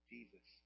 Jesus